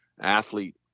athlete